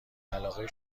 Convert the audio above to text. علاقه